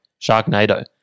Sharknado